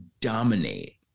dominate